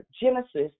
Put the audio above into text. Genesis